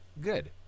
Good